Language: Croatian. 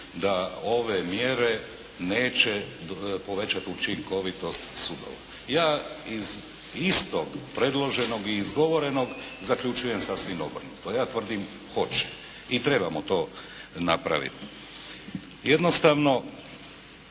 da ove mjere neće povećati učinkovitost sudova. Ja iz istog predloženog i izgovorenog zaključujem sasvim obrnuto, ja tvrdim hoće. I trebamo to napraviti. Jednostavno